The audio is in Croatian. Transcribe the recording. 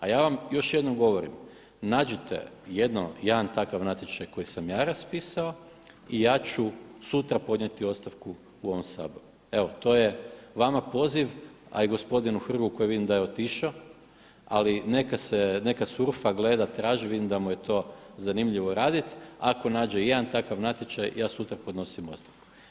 A ja vam još jednom govorim, nađite jedan takav natječaj koji sam ja raspisao i ja ću sutra podnijeti ostavku u ovom Saboru. evo to je vama poziv, a i gospodinu Hrgu koji vidim da je otišao ako neka surfa, gleda, traži vidim da mu je to zanimljivo raditi, ako nađe ijedan takav natječaj ja sutra podnosim ostavku.